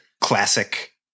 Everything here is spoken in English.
classic